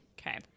Okay